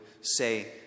say